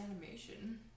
animation